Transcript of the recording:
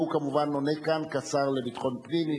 הוא כמובן עונה כאן כשר לביטחון פנים.